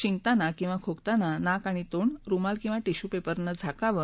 शिंकताना किंवा खोकताना नाक आणि तोंड रुमाल किंवा टिश्यू पेपरनं झाकावं